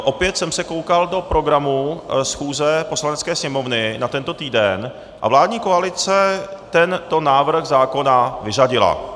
Opět jsem se koukal do programu schůze Poslanecké sněmovny na tento týden a vládní koalice tento návrh zákona vyřadila.